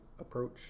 Approach